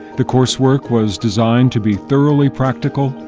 the course work was designed to be thoroughly practical,